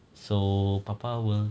so papa will